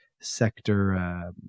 sector